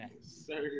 sir